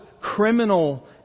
criminal